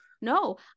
no